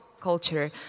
culture